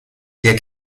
jak